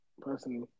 personally